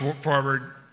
forward